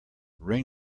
ring